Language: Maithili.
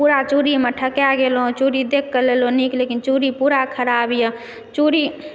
पूरा चुड़ीमऽ ठका गेलहुँ चूड़ी देखकऽ लेलहुँ नीक लेकिन चूड़ी पूरा खराप यऽ